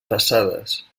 passades